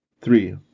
three